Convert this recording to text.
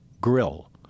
grill